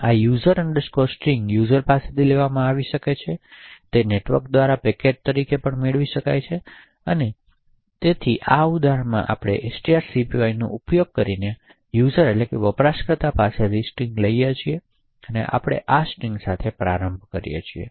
આ user string user પાસેથી લેવામાં આવી શકે છે તે નેટવર્ક દ્વારા પેકેટ તરીકે મેળવી શકાય છે અને આ રીતે તેથી આ ઉદાહરણમાં આપણે strcpyનો ઉપયોગ કરીને વપરાશકર્તા પાસે થી સ્ટ્રિંગલઈએ છીએ અને આપણે આ સ્ટ્રિંગ સાથે પ્રારંભ કરીએ છીએ